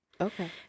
Okay